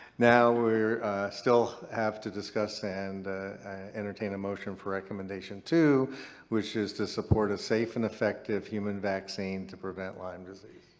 now we still have to discuss and entertain a motion for recommendation two which is to support a safe and effective human vaccine to prevent lyme disease.